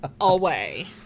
away